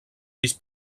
pis